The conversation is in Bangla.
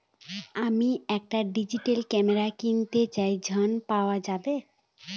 আমি একটি ডিজিটাল ক্যামেরা কিনতে চাই ঝণ পাওয়া যাবে?